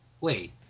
Wait